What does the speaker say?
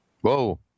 Whoa